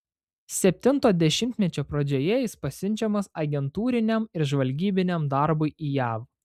septinto dešimtmečio pradžioje jis pasiunčiamas agentūriniam ir žvalgybiniam darbui į jav